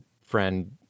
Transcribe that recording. friend